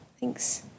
Thanks